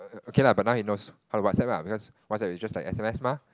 okay lah but now he knows how to WhatsApp lah because WhatsApp is just like s_m_s mah